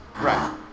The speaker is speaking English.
Right